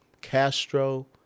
Castro